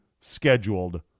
scheduled